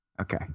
okay